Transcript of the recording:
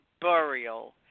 burial